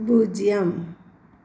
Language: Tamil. பூஜ்ஜியம்